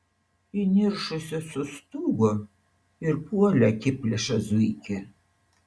įniršusios sustūgo ir puolė akiplėšą zuikį